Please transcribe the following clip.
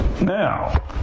Now